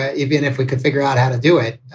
ah even if we could figure out how to do it?